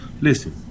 listen